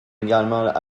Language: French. également